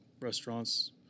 restaurants